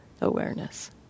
awareness